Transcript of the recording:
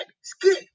skip